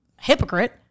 hypocrite